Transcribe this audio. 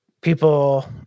People